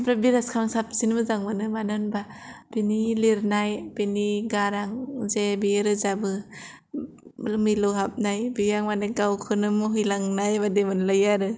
ओमफ्राय बिराजखौ आं साबसिन मोजां मोनो मानो होनोब्ला बिनि लिरनाय बिनि गारां जे बेयो रोजाबो मिलौहाबनाय बेयाव मानि गावखौनो मुहिलांनाय बायदि मोनलायो आरो